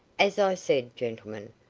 as i said, gentlemen,